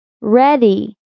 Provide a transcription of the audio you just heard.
Ready